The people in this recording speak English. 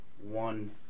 one